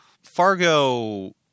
Fargo